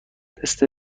تست